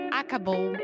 acabou